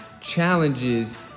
challenges